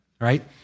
right